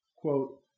Quote